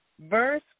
verse